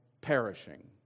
perishing